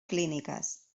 clíniques